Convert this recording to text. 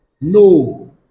No